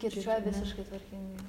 kirčiuoja visiškai tvarkingai